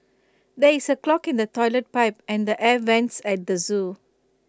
there is A clog in the Toilet Pipe and the air Vents at the Zoo